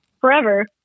forever